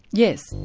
yes.